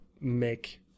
make